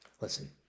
Listen